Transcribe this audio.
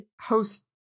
host